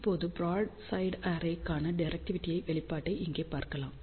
இப்போது broadside array க்கான டிரெக்டிவிடியின் வெளிப்பாட்டை இங்கே பார்க்கலாம்